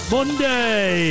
Monday